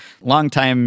long-time